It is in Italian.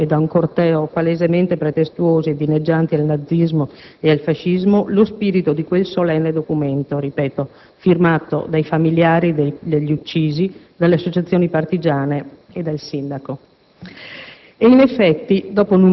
da una manifestazione e un corteo palesemente pretestuosi ed inneggianti al nazismo e al fascismo lo spirito di quel solenne documento firmato dai familiari degli uccisi, dalle associazioni partigiane e dal Sindaco.